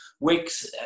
Weeks